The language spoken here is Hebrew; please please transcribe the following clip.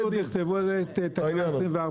במקום ארץ ייצור תכתבו את 24(א).